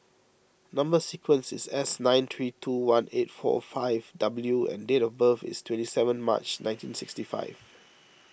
Number Sequence is S nine three two one eight four five W and date of birth is twenty seven March nineteen sixty five